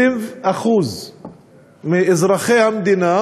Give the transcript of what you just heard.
20% מאזרחי המדינה,